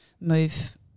move